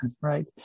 right